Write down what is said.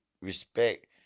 respect